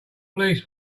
police